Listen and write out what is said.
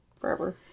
forever